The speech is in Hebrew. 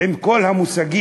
עם כל המושגים,